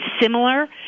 similar